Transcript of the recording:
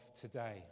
today